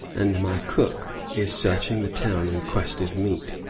and my cook is searching the town in quest of meat,